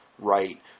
Right